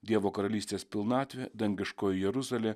dievo karalystės pilnatvė dangiškoji jeruzalė